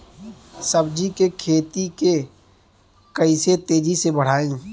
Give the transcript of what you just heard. सब्जी के खेती के कइसे तेजी से बढ़ाई?